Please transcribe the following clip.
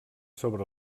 sobre